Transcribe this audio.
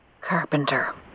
Carpenter